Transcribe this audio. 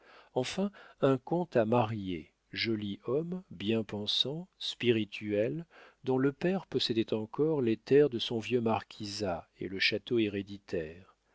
enfin un comte à marier joli homme bien pensant spirituel dont le père possédait encore les terres de son vieux marquisat et le château